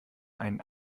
einen